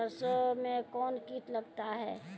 सरसों मे कौन कीट लगता हैं?